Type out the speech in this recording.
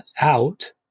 out